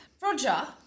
Roger